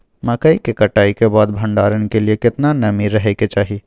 मकई के कटाई के बाद भंडारन के लिए केतना नमी रहै के चाही?